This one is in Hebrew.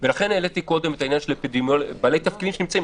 בעלי תפקידים שנמצאים,